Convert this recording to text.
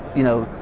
you know,